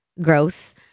gross